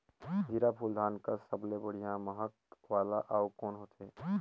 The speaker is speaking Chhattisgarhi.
जीराफुल धान कस सबले बढ़िया महक वाला अउ कोन होथै?